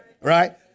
Right